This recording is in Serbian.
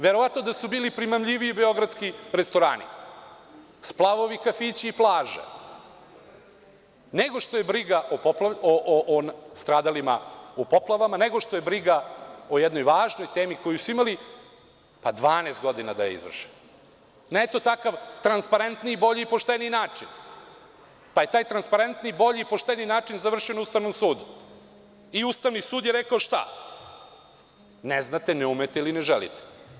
Verovatno da su bili primamljiviji beogradski restorani, splavovi, kafići, plaže, nego što je briga o stradalima u poplavama, nego što je briga o jednoj važnoj temi koju su imali 12 godina da izvrše na transparentniji, bolji i pošteniji način, pa je taj transparentniji, bolji i pošteniji način završio na Ustavnom sudu i Ustavni sud je rekao – ne znate, ne umete ili ne želite.